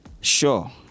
sure